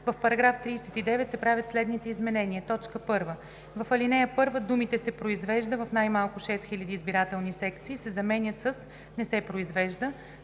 в § 39 се правят следните изменения: 1. В ал. 1 думите „се произвежда в най-малко 6000 избирателни секции“ се заменят с „не се произвежда“.